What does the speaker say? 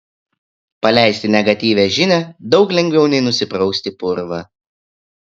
paleisti negatyvią žinią daug lengviau nei nusiprausti purvą